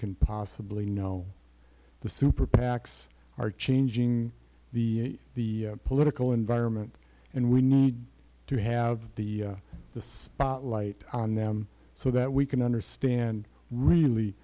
can possibly know the super pacs are changing the the political environment and we need to have the the spotlight on them so that we can understand really